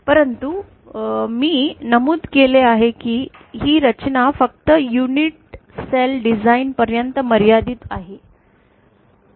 परंतु मी नमूद केले आहे की ही रचना फक्त युनिट सेल डिझाइन पर्यंत मर्यादित आहे